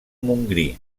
montgrí